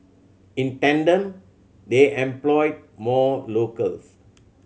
in tandem they employed more locals